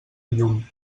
llum